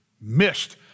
missed